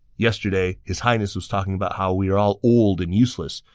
yesterday, his highness was talking about how we are all old and useless,